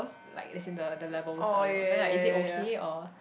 like as in the the levels are lower then like is it okay or